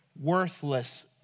worthless